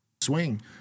swing